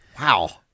Wow